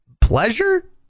pleasure